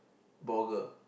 ball girl